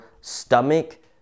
stomach